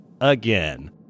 again